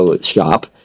shop